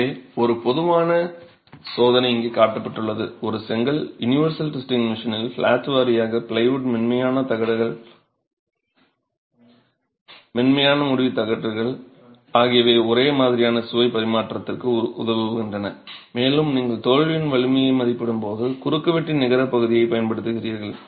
எனவே ஒரு பொதுவான சோதனை இங்கே காட்டப்பட்டுள்ளது ஒரு செங்கல் யுனிவர்சல் டெஸ்டிங்க் மெஷினில் ஃப்ளாட் வாரியாக ப்ளைவுட் மென்மையான தகடுகள் மென்மையான முடிவு தட்டுகள் ஆகியவை ஒரே மாதிரியான சுமை பரிமாற்றத்திற்கு உதவுகின்றன மேலும் நீங்கள் தோல்வியின் வலிமையை மதிப்பிடும்போது குறுக்குவெட்டின் நிகரப் பகுதியைப் பயன்படுத்துகிறீர்கள்